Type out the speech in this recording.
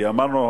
כי אמרנו,